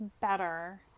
better